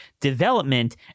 development